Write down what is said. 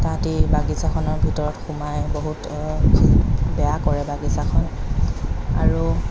তাহাঁতি বাগিছাখনৰ ভিতৰত সোমাই বহুত বেয়া কৰে বাগিছাখন আৰু